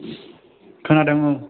खोनादों औ